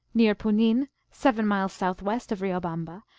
near punin, seven miles southwest of riobamba,